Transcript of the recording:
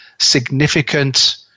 significant